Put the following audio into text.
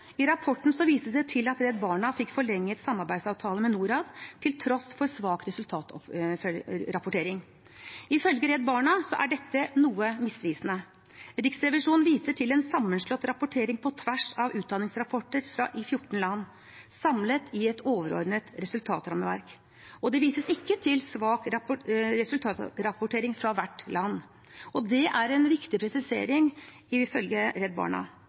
I rapporten vises det til at Redd Barna fikk forlenget samarbeidsavtalen med Norad, til tross for svak resultatrapportering. Ifølge Redd Barna er dette noe misvisende. Riksrevisjonen viser til en sammenslått rapportering på tvers av utdanningsrapporter i 14 land, samlet i et overordnet resultatrammeverk. Det vises ikke til svak resultatrapportering fra hvert land. Det er en viktig presisering, ifølge Redd Barna.